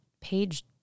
page